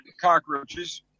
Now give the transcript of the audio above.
cockroaches